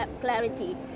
clarity